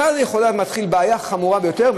כאן מתחילה בעיה חמורה ביותר.